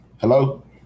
Hello